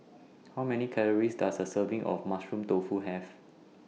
How Many Calories Does A Serving of Mushroom Tofu Have